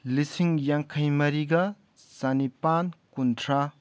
ꯂꯤꯁꯤꯡ ꯌꯥꯡꯈꯩ ꯃꯔꯤꯒ ꯆꯅꯤꯄꯥꯟ ꯀꯨꯟꯊ꯭ꯔꯥ